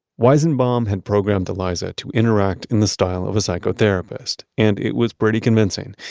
weizenbaum had programmed eliza to interact in the style of a psychotherapist and it was pretty convincing.